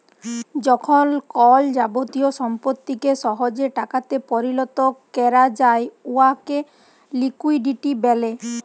যখল কল যাবতীয় সম্পত্তিকে সহজে টাকাতে পরিলত ক্যরা যায় উয়াকে লিকুইডিটি ব্যলে